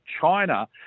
China